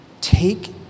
take